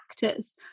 factors